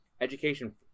education